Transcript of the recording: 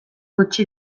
gutxi